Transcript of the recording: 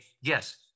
yes